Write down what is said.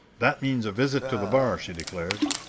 that means a visit to the bar! she declared.